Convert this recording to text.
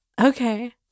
Okay